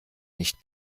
nicht